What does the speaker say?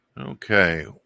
Okay